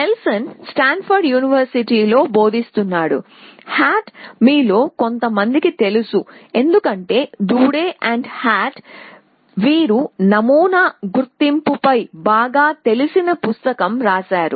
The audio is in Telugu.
నెల్సన్ స్తాన్ఫోర్డ్ యూనివర్సిటీ లో బోధిస్తున్నాడు హార్ట్ మీలో కొంతమందికి తెలుసు ఎందుకంటే డూడా అండ్ హార్ట్ వీరు నమూనా గుర్తింపుపై బాగా తెలిసిన పుస్తకం రాశారు